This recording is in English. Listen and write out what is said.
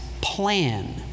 plan